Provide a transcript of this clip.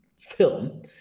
film